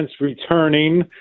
returning